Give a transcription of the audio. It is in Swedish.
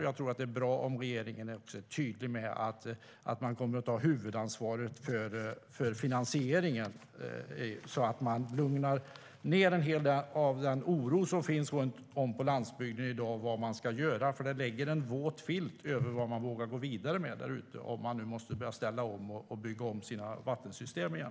Jag tror att det är bra om regeringen är tydlig med att den kommer att ta huvudansvaret för finansieringen och därmed lugnar ned en hel del av den oro som finns runt om på landsbygden i dag för vad som ska göras. Det lägger en våt filt över vad man vågar gå vidare med om man nu måste börja ställa om och bygga om sina vattensystem igen.